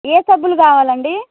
ఏ సబ్బులు కావాలండి